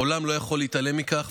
העולם לא יכול להתעלם מכך,